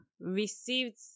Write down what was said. received